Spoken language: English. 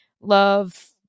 love